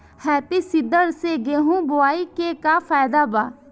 Happy seeder से गेहूं बोआई के का फायदा बा?